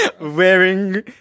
Wearing